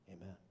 Amen